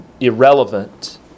irrelevant